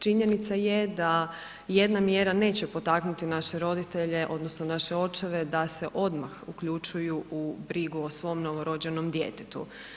Činjenica je da jedna mjera neće potaknuti naše roditelje odnosno naše očeve da se odmah uključuju u brigu o svom novorođenom djetetu.